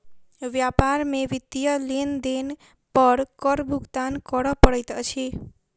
व्यापार में वित्तीय लेन देन पर कर भुगतान करअ पड़ैत अछि